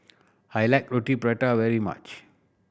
I like Roti Prata very much